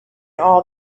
all